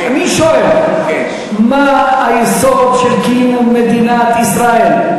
אני שואל: מה היסוד של קיום מדינת ישראל,